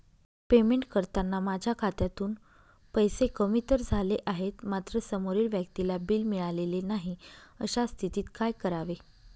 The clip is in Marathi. पेमेंट करताना माझ्या खात्यातून पैसे कमी तर झाले आहेत मात्र समोरील व्यक्तीला बिल मिळालेले नाही, अशा स्थितीत काय करावे?